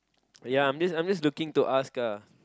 ya I'm just I'm just looking to ask ah